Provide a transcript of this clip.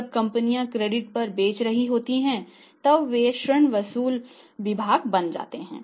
जब कंपनियां क्रेडिट पर बेच रही होती हैं तब वे ऋण वसूली विभाग बनाते हैं